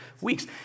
weeks